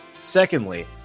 Secondly